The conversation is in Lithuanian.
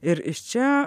ir iš čia